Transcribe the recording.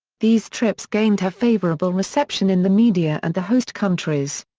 these trips gained her favorable reception in the media and the host countries.